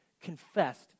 confessed